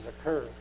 occur